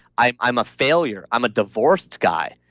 i'm i'm a failure. i'm a divorced guy.